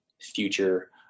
future